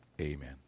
Amen